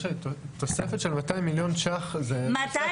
תוספת של 200 מיליון שקלים --- 200